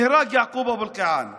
יעקוב אבו אלקיעאן נהרג.